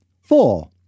Four